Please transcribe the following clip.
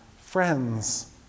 friends